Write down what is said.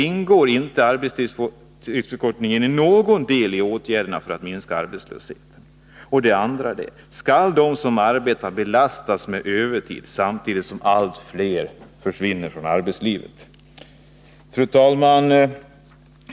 Ingår inte en förkortning av arbetstiden i någon del av åtgärderna för att minska arbetslösheten? Skall för det andra de som arbetar belastas med övertid, samtidigt som allt fler försvinner från arbetslivet? Fru talman!